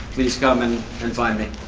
please come and find me.